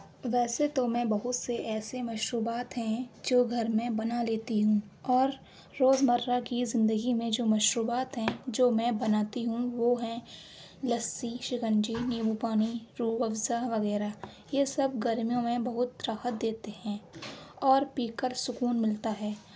ویسے تو میں بہت سے ایسے مشروبات ہیں جو گھر میں بنا لیتی ہوں اور روزمرہ کی زندگی میں جو مشروبات ہیں جو میں بناتی ہوں وہ ہیں لسی شکنجی نیمبو پانی روح افزا وغیرہ یہ سب گرمیوں میں بہت راحت دیتے ہیں اور پی کر سکون ملتا ہے